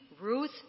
Ruth